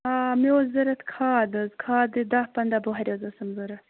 آ مےٚ اوس ضروٗرت کھاد حظ کھادِ دَہ پَنٛداہ بۄہرِ حظ آسَم ضروٗرت